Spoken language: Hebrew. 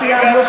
מצוין.